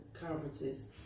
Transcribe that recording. conferences